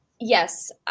yes